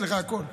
הכול אצלך.